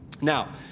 Now